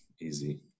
easy